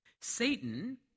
Satan